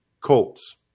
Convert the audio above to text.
Colts